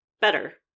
better